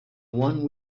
one